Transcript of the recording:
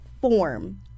form